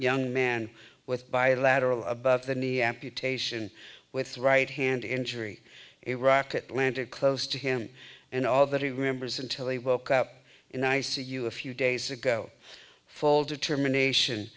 young man with bi lateral above the knee amputation with right hand injury iraq atlantic close to him and all that he remembers until he woke up in i c u a few days ago fold determination